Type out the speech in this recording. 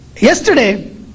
yesterday